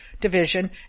division